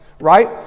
Right